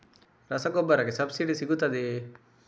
ರಸಗೊಬ್ಬರಕ್ಕೆ ಸಬ್ಸಿಡಿ ಸಿಗುತ್ತದೆಯೇ?